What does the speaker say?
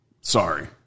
Sorry